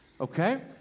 okay